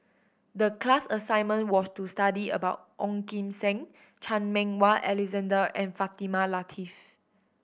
the class assignment was to study about Ong Kim Seng Chan Meng Wah Alexander and Fatimah Lateef